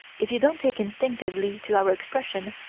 if you don't take instinctively to our expression,